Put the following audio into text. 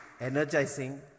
energizing